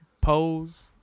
Pose